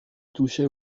touchait